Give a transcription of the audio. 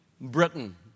Britain